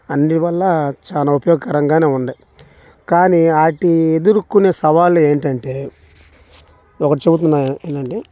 అన్ని వల్లా చాలా ఉపయోగకరంగానే ఉన్నాయి కానీ వాటి ఎదురుకునే సవాళ్ళు ఏంటంటే ఒకటి చెప్తున్నాను వినండి